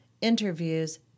interviews